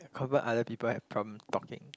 confirm other people have problem talking